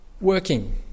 working